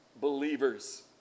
believers